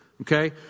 okay